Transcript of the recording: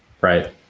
Right